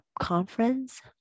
conference